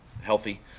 healthy